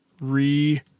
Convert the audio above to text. re